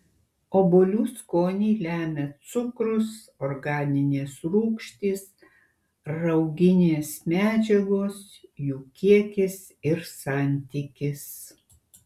obuolių skonį lemia cukrus organinės rūgštys rauginės medžiagos jų kiekis ir santykis